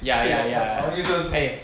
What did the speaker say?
ya ya ya ya eh